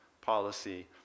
policy